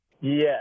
yes